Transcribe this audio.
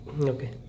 okay